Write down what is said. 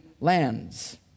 lands